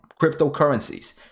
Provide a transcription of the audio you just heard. cryptocurrencies